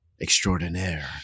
extraordinaire